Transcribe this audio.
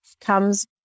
comes